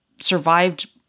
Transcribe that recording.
survived